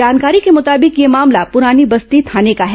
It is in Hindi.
जानकारी के मुताबिक यह मामला पुरानी बस्ती थाने का है